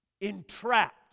entrapped